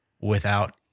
without-